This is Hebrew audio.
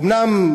אומנם,